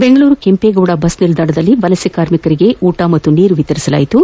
ಬೆಂಗಳೂರಿನ ಕೆಂಪೇಗೌಡ ಬಸ್ ನಿಲ್ದಾಣದಲ್ಲಿ ವಲಸೆ ಕಾರ್ಮಿಕರಿಗೆ ಊಟ ಹಾಗೂ ನೀರು ವಿತರಿಸಲಾಯಿತು